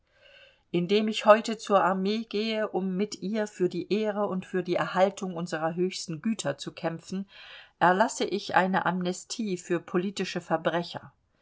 indem ich heute zur armee gehe um mit ihr für die ehre und für die erhaltung unserer höchsten güter zu kämpfen erlasse ich eine amnestie für politische verbrecher